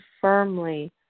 firmly